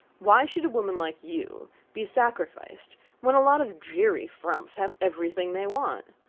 why should a woman like you be sacrificed when a lot of dreary frumps have everything they want?